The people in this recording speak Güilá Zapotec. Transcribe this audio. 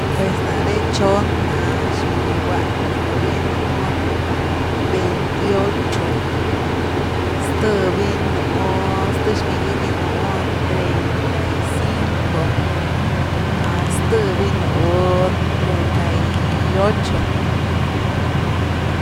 Pues na ré tchon na zmigua th vi nú veintiocho, tzëbi nú zth zmigua gi nú trinta y cinco, ztëvi nú treinta y ocho.